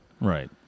right